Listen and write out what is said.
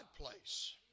place